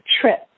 trip